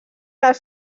les